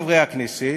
חברי הכנסת,